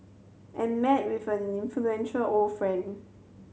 and met with an influential old friend